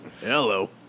Hello